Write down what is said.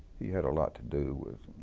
he had a lot to do with,